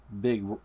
big